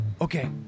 Okay